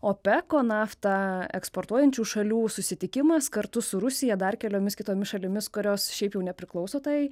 opeko naftą eksportuojančių šalių susitikimas kartu su rusija dar keliomis kitomis šalimis kurios šiaip jau nepriklauso tai